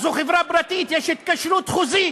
זו חברה פרטית, יש התקשרות חוזית